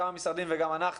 גם המשרדים וגם אנחנו.